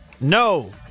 no